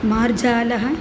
मार्जालः